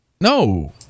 No